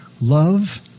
love